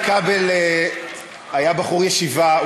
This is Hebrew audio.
02:20. איתן כבל היה בחור ישיבה,